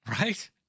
right